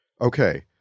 Okay